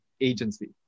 agency